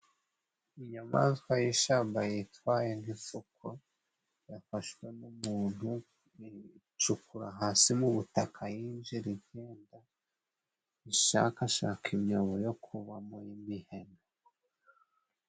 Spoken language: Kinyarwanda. Inyamaswa y'ishamba yitwaye nk'ifuko yafashwe n'umuntu. Icukura hasi mu butaka yinjira igenda, ishakashaka imyobo yo kubamo y'imiheno.